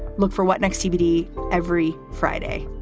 look for what, next tuesday? every friday.